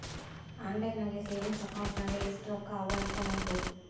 online ನಾಗೆ savings account ನಾಗ್ ಎಸ್ಟ್ ರೊಕ್ಕಾ ಅವಾ ಅಂತ್ ನೋಡ್ಬೋದು